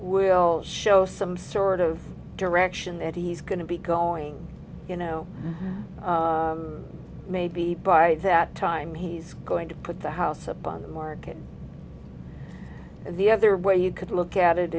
will show some sort of direction that he's going to be going you know maybe by that time he's going to put the house up on the market and the other way you could look at it